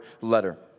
letter